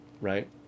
right